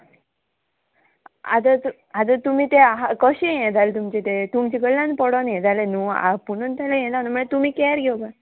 आतां आतां तुमी तें आहा कशें हें जालें तुमचें तें तुमचे कडल्यान पडोन हें जालें न्हू आपुणून जाल्यार हें जालें न्हू म्हळ्यार तुमी कॅर घेवपा